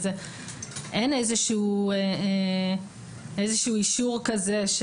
אין איזשהו אישור כזה.